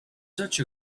such